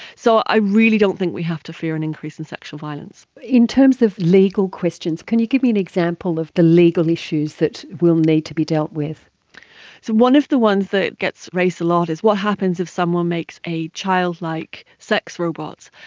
so i really don't think we have to fear an increase in sexual violence. in terms of legal questions, can you give me an example of the legal issues that will need to be dealt with? so one of the ones that gets raised a lot is what happens if someone makes a childlike sex robot?